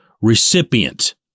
recipient